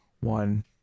one